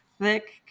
thick